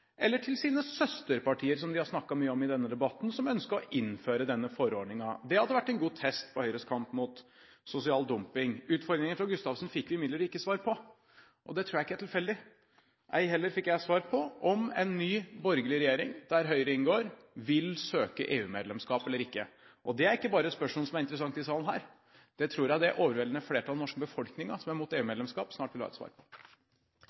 eller på siden til sine søsterpartier, som de har snakket mye om i denne debatten, som ønsker å innføre denne forordningen. Det hadde vært en god test på Høyres kamp mot sosial dumping. Utfordringen fra Gustavsen fikk vi imidlertid ikke svar på, og det tror jeg ikke er tilfeldig. Ei heller fikk jeg svar på om en ny borgerlig regjering der Høyre inngår, vil søke EU-medlemskap eller ikke. Det er ikke bare et spørsmål som er interessant i denne salen. Det tror jeg det overveldende flertallet av den norske befolkningen som er imot EU-medlemskap, snart vil ha et svar på.